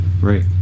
Right